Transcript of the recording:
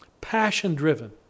Passion-driven